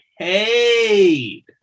paid